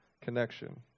connection